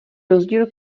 rozdíl